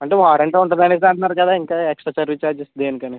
అంటే వారంటీ ఉంటుంది అని అనేసి అంటున్నారు ఇంకా ఎక్స్ట్రా సర్వీస్ ఛార్జెస్ దేనికని